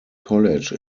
college